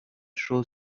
choses